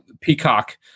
Peacock